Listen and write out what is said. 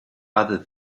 other